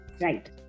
Right